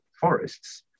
forests